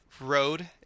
road